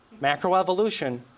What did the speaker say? macroevolution